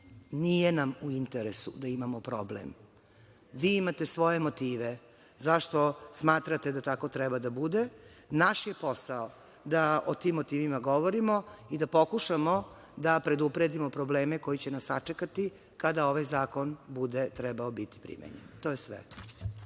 Nije nam u interesu da imamo problem. Vi imate svoje motive zašto smatrate da tako treba da bude. Naš je posao da o tim motivima govorimo i da pokušamo da predupredimo probleme koji će nas sačekati kada ovaj zakon bude trebao biti primenjen. To je sve.